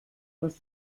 das